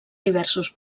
diversos